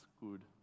good